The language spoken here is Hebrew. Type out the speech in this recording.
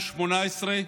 ב-2018,